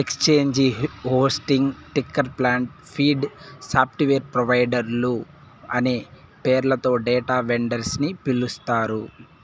exchange hosting, ticker plant, feed, software ప్రొవైడర్లు అనే పేర్లతో డేటా వెండర్స్ ని పిలుస్తారు